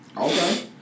Okay